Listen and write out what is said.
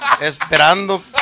Esperando